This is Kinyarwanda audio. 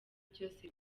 byose